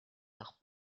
nach